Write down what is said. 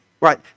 right